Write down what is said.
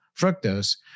fructose